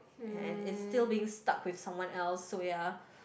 and and it's still being stuck with someone else so ya